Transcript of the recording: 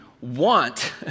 want